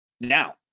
now